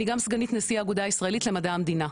אני גם סגנית נשיא האגודה הישראלית למדע המדינה,